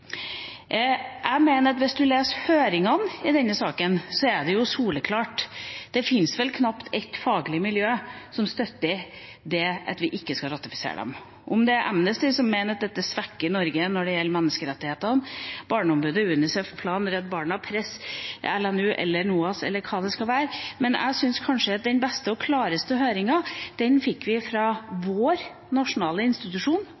Jeg mener at hvis en leser høringsinnspillene i denne saken, er det soleklart. Det fins vel knapt et faglig miljø som støtter det at vi ikke skal ratifisere – om det er Amnesty, som mener at dette svekker Norge når det gjelder menneskerettighetene, Barneombudet, UNICEF, Plan, Redd Barna, Press, LNU, NOAS eller hva det skal være. Jeg syns kanskje at vi fikk det beste og klareste høringsinnspillet fra vår nasjonale institusjon, Stortingets nasjonale institusjon